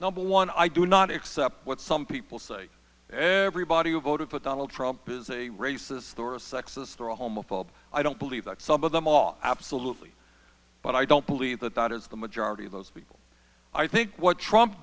number one i do not accept what some people say everybody who voted for donald trump is a racist or sexist or a homophobe i don't believe that some of them all absolutely but i don't believe that that is the majority of those people i think what trump